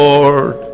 Lord